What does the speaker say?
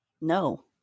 No